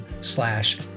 slash